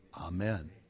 Amen